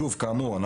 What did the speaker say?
כאמור,